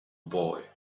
boy